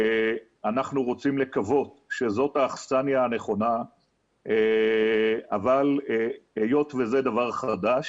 אנחנו רוצים לקוות שזאת האכסניה הנכונה אבל היות וזה דבר חדש,